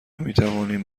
میتوانیم